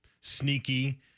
sneaky